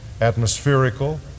atmospherical